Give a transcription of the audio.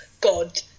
God